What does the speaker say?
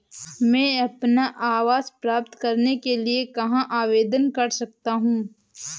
मैं अपना आवास प्राप्त करने के लिए कहाँ आवेदन कर सकता हूँ?